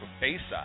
Bayside